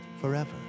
forever